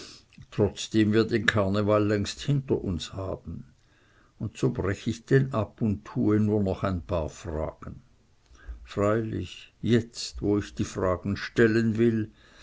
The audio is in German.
trotzdem wir den karneval längst hinter uns haben und so brech ich denn ab und tue nur noch ein paar fragen freilich jetzt wo ich die fragen stellen will